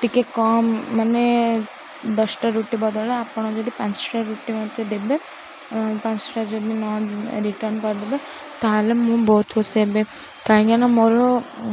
ଟିକିଏ କମ୍ ମାନେ ଦଶଟା ରୁଟି ବଦଳଳେ ଆପଣ ଯଦି ପାଞ୍ଚଟା ରୁଟି ମୋତେ ଦେବେ ପାଞ୍ଚଶଟା ଯଦି ନ ରିଟର୍ଣ୍ଣ୍ କରିଦେବେ ତା'ହେଲେ ମୁଁ ବହୁତ ଖୁସି ହେବି କାହିଁକି ନା ମୋର